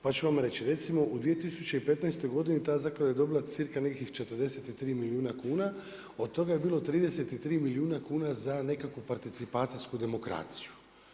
Pa ću vam reći, recimo u 2015. ta zaklada je dobila cirka nekih 43 milijuna kuna, od toga je bilo 33 milijuna kuna za nekakvu participacijsku demokraciju.